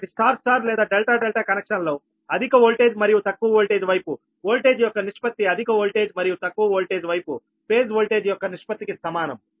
కాబట్టి star star లేదా delta delta కనెక్షన్లో అధిక వోల్టేజ్ మరియు తక్కువ వోల్టేజ్ వైపు వోల్టేజ్ యొక్క నిష్పత్తి అధిక వోల్టేజ్ మరియు తక్కువ వోల్టేజ్ వైపు ఫేజ్ వోల్టేజ్ యొక్క నిష్పత్తికి సమానం